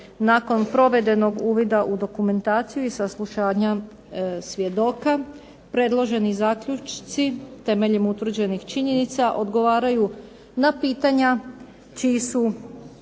nakon provedenog uvida u dokumentaciju i saslušanja svjedoka predloženi zaključci temeljem utvrđenih činjenica odgovaraju na pitanja čiji su,